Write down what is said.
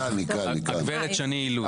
היא כאן, עורכת הדין שני אילוז.